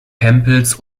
hempels